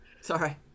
Sorry